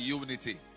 unity